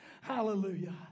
Hallelujah